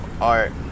art